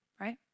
right